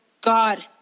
God